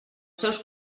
seus